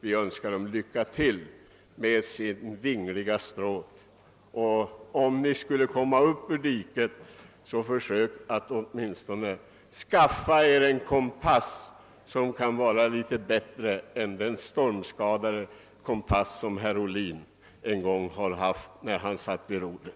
Vi önskar dem lycka till på deras vingliga stråt. Om ni skulle komma upp ur diket, försök då att åtminstone skaffa er en bättre kompass än den stormskadade som herr Ohlin en gång hade när han satt vid rodret.